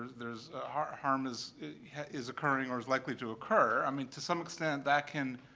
there's harm harm is is occurring or is likely to occur. i mean, to some extent, that can,